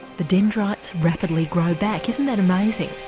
the dendrites rapidly grow back isn't that amazing.